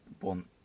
want